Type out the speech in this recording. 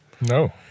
No